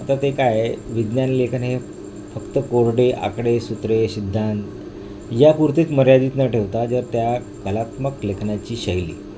आता ते काय विज्ञान लेखन हे फक्त कोरडे आकडे सुत्रे सिद्धांत यापुरतीच मर्यादित न ठेवता जर त्या कलात्मक लेखनाची शैली